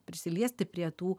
prisiliesti prie tų